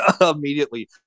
immediately